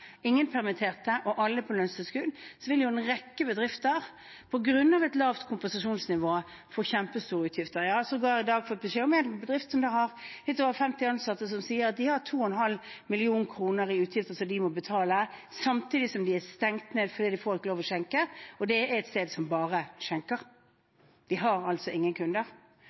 lønnstilskudd, vil jo en rekke bedrifter, på grunn av et lavt kompensasjonsnivå, få kjempestore utgifter. Jeg har i dag sågar fått høre om en bedrift som har litt over 50 ansatte, og som sier at de har 2,5 mill. kr i utgifter som de må betale, samtidig som de er stengt ned fordi de ikke får lov til å skjenke – og det er et sted som bare skjenker. De har altså ingen kunder.